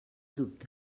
dubte